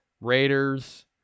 Raiders